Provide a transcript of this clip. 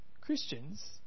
Christians